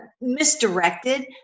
misdirected